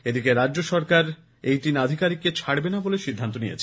এদিকে রাজ্য সরকার এই তিন আধিকারিককে ছাড়বে না বলে সিদ্ধান্ত নিয়েছে